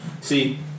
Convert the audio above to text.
See